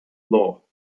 law